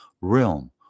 realm